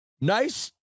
Nice